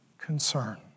concern